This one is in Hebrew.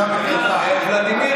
ולדימיר,